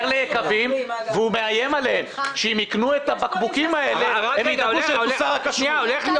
ליקבים ומאיים עליהם שאם יקנו את הבקבוקים האלה ייקחו מהם את אישור הכשרות.